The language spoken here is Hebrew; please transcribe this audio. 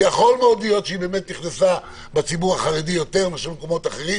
יכול מאוד להיות שהיא נכנסה בציבור החרדי יותר מאשר במקומות אחרים.